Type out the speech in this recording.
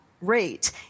rate